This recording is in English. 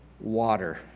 water